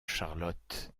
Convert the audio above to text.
charlotte